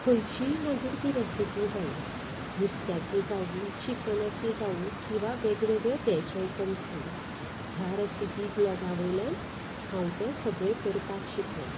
खंयचीय मागीर ती रॅसिपी जांव नुस्त्याची जावूं चिकनाची जावूं किंवां वेगवेगळे वॅज आयटम्स धरून ह्या रॅसिपी ब्लाॅगावयल्यान हांव तें सगलें करपाक शिकलें